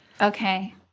Okay